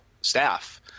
staff